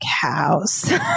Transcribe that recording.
cows